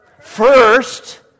First